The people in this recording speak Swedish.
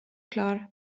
klar